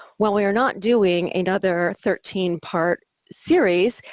while we are not doing another thirteen part series,